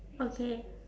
okay